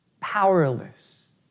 powerless